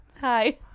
Hi